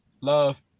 love